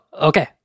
Okay